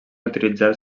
utilitzar